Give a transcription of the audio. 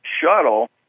shuttle